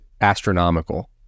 astronomical